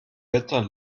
wetter